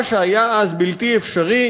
ומה שהיה אז בלתי אפשרי